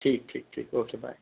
ٹھیک ٹھیک ٹھیک اوکے بائے